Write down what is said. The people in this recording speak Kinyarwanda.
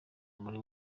buri